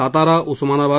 Satara Osmanabad